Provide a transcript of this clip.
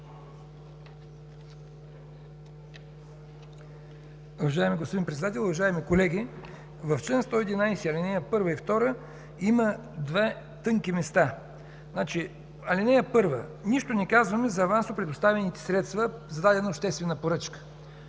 ал. 1 нищо не казваме за авансово предоставените средства за дадена обществена поръчка.